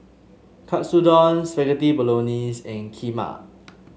Katsudon Spaghetti Bolognese and Kheema